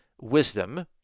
wisdom